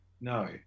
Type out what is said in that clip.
No